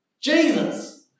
Jesus